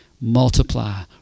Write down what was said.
multiply